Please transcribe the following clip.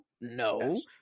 No